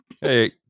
Hey